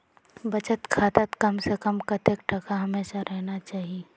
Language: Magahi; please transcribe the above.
बचत खातात कम से कम कतेक टका हमेशा रहना चही?